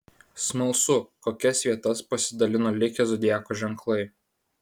smalsu kokias vietas pasidalino likę zodiako ženklai